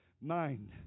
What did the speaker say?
mind